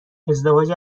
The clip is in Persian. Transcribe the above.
ازدواج